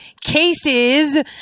cases